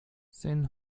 sen